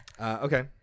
Okay